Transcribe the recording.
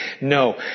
No